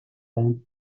байна